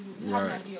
Right